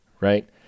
right